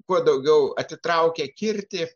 kuo daugiau atitraukia kirtį